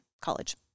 college